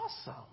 awesome